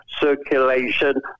circulation